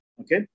Okay